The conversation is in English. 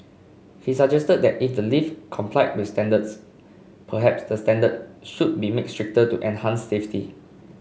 he suggested that if the lift complied with standards perhaps the standard should be made stricter to enhance safety